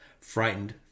Frightened